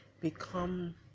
become